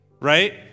Right